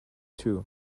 two